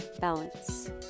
Balance